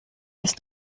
ist